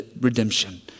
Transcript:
redemption